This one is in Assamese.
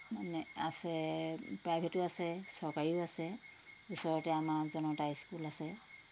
মানে আছে প্ৰাইভেটো আছে চৰকাৰীও আছে ওচৰতে আমাৰ জনতা স্কুল আছে